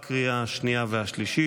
לקריאה השנייה והשלישית.